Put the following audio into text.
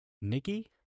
Nikki